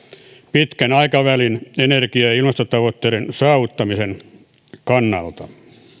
pitkän aikavälin energia ja ilmastotavoitteiden saavuttamisen kannalta